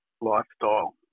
lifestyle